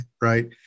right